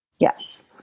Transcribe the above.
yes